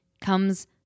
comes